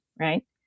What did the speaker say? right